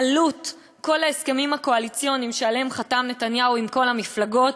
עלות כל ההסכמים הקואליציוניים שעליהם חתם נתניהו עם כל המפלגות,